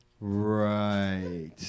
Right